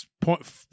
point